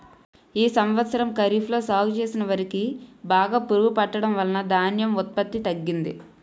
ఈ సంవత్సరం ఖరీఫ్ లో సాగు చేసిన వరి కి బాగా పురుగు పట్టడం వలన ధాన్యం ఉత్పత్తి తగ్గింది